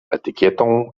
etykietą